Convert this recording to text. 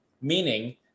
meaning